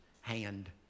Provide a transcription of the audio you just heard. hand